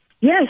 Yes